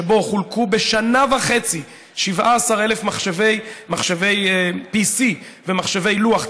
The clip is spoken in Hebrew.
שבו חולקו בשנה וחצי 17,000 מחשבי PC ומחשבי לוח,